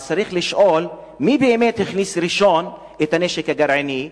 צריך לשאול מי באמת הכניס ראשון את הנשק הגרעיני,